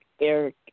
Eric